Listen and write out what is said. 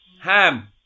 Ham